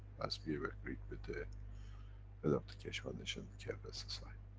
as we were agreed with the head of the keshe foundation kfssi.